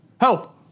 Help